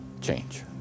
change